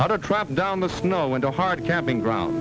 how to track down the snow and the hard camping ground